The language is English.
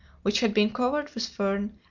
which had been covered with fern,